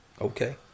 Okay